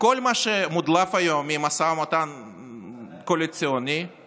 שכל מה שמודלף היום מהמשא ומתן הקואליציוני הוא